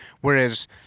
Whereas